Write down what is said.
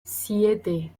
siete